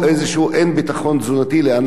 יש היבטים גם רפואיים,